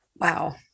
Wow